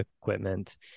equipment